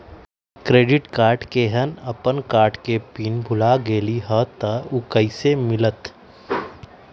Credit card केहन अपन card के पिन भुला गेलि ह त उ कईसे मिलत?